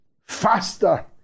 faster